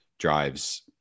drives